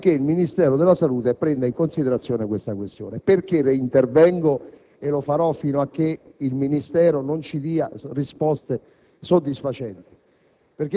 affinché il Ministero della salute prenda in considerazione tale questione. Perché intervengo di nuovo, e lo farò fino a che il Ministero non ci darà risposte soddisfacenti?